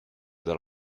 that